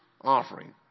offering